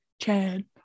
Chad